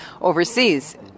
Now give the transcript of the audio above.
overseas